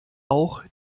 auch